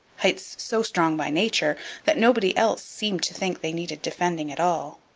heights so strong by nature that nobody else seemed to think they needed defending at all.